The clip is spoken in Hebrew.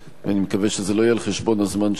אני מקווה שזה לא יהיה על חשבון הזמן שלי,